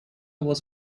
was